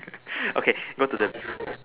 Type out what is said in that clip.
okay go to the